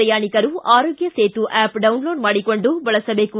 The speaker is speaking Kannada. ಪ್ರಯಾಣಿಕರು ಆರೋಗ್ಯ ಸೇತು ಆ್ಯಪ್ ಡೌನ್ಲೋಡ್ ಮಾಡಿಕೊಂಡು ಬಳಸಬೇಕು